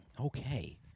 Okay